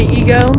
ego